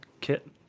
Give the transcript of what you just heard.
kit